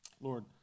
Lord